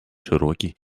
широкий